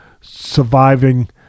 surviving